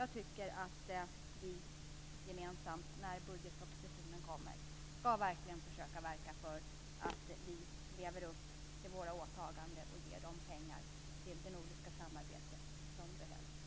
Jag tycker att vi gemensamt, när budgetpropositionen kommer, skall verka för att vi lever upp till våra åtaganden och ger de pengar som behövs till det nordiska samarbetet.